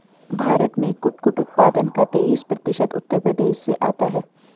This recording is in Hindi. भारत में कुटकुट उत्पादन का तेईस प्रतिशत उत्तर प्रदेश से आता है